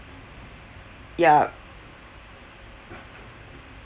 yup